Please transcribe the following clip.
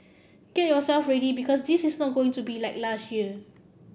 get yourself ready because this is not going to be like last year